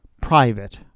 private